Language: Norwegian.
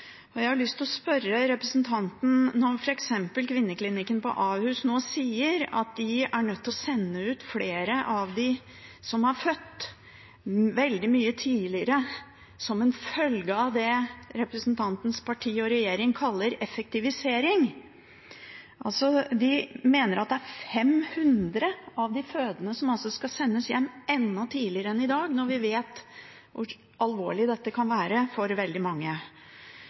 Kvinneklinikken på Ahus sier f.eks. nå at de er nødt til å sende ut flere av dem som har født, veldig mye tidligere, som en følge av det representantens parti og regjering kaller effektivisering. De mener altså at det er 500 av de fødende som skal sendes hjem enda tidligere enn i dag når vi vet hvor alvorlig dette kan være for veldig mange.